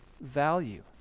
value